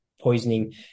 poisoning